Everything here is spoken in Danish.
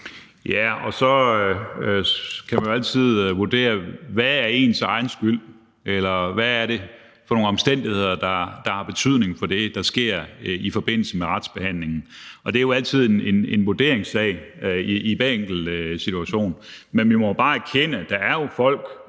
Ja, og så kan man jo altid vurdere, hvad der er ens egen skyld, eller hvad det er for nogle omstændigheder, der har betydning for det, der sker i forbindelse med retsbehandlingen, og det er altid en vurderingssag i hver enkelt situation. Men vi må bare erkende, at der er folk